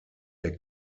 der